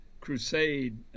crusade